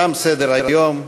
תם סדר-היום.